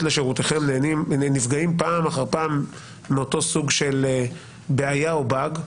לשירותיכם נפגעים פעם אחר פעם מאותו סוג של בעיה או באג,